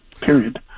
period